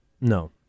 No